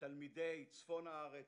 תלמידי צפון הארץ,